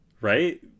Right